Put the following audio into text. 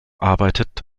arbeitet